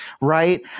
right